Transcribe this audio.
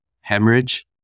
hemorrhage